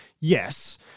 Yes